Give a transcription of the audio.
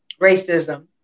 racism